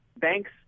banks